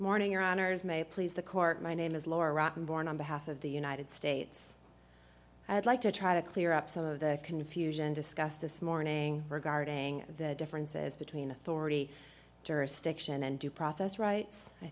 morning your honor is may please the court my name is laura rozen born on behalf of the united states i'd like to try to clear up some of the confusion discussed this morning regarding the differences between authority jurisdiction and due process rights i